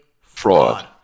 Fraud